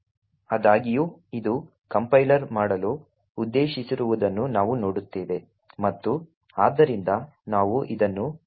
ಆದಾಗ್ಯೂ ಇದು ಕಂಪೈಲರ್ ಮಾಡಲು ಉದ್ದೇಶಿಸಿರುವುದನ್ನು ನಾವು ನೋಡುತ್ತೇವೆ ಮತ್ತು ಆದ್ದರಿಂದ ನಾವು ಇದನ್ನು ಉದ್ದೇಶಿತ ಸೂಚನೆಗಳೆಂದು ಕರೆಯುತ್ತೇವೆ